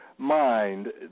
mind